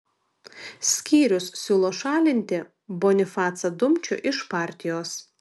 skyrius siūlo šalinti bonifacą dumčių iš partijos